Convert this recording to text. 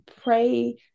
pray